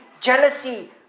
jealousy